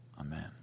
Amen